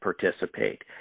participate